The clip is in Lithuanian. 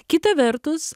kita vertus